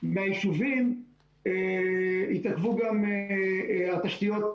מן היישובים התעכבו גם התשתיות,